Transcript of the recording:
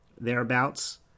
thereabouts